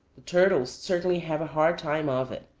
the turtles certainly have a hard time of it.